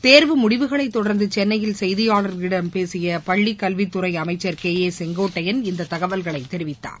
தேர்வு முடிவுகளைத் தொடர்ந்து சென்னையில் செய்தியாளர்களிடம் பேசிய பள்ளிக்கல்வித்துறை அமைச்சர் திரு கே ஏ செங்கோட்டையன் இந்த தகவல்களை தெரிவித்தார்